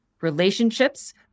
relationships